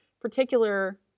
particular